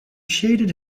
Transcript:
shaded